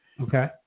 Okay